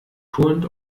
turnt